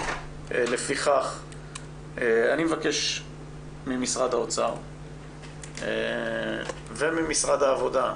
לפיכך אני מבקש ממשרד האוצר וממשרד העבודה,